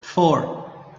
four